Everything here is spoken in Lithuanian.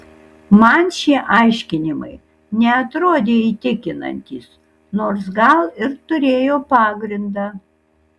man šie aiškinimai neatrodė įtikinantys nors gal ir turėjo pagrindą